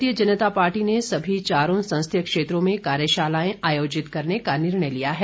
भारतीय जनता पार्टी ने सभी चारों संसदीय क्षत्रों में कार्यशालाएं आयोजित करने का निर्णय लिया है